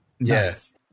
Yes